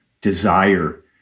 desire